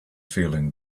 feeling